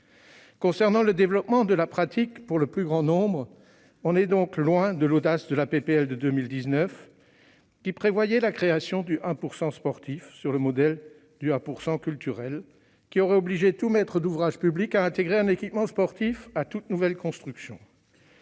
Concernant le développement de la pratique pour le plus grand nombre, on est donc loin de l'audace de la proposition de loi de 2019, qui prévoyait la création du « 1 % sportif », sur le modèle du 1 % culturel, qui aurait obligé tout maître d'ouvrage public à intégrer un équipement sportif à toute nouvelle construction,